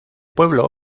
pueblo